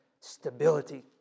stability